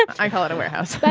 i call it a warehouse.